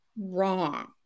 wrong